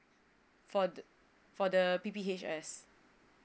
for the for the P_P_H_S